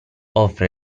offre